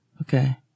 Okay